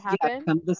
happen